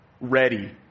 Ready